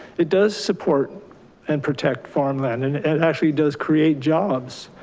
it does support and protect farmland and it actually does create jobs.